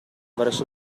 verso